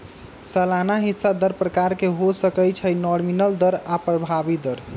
सलाना हिस्सा दर प्रकार के हो सकइ छइ नॉमिनल दर आऽ प्रभावी दर